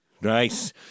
Nice